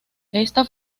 esta